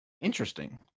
Interesting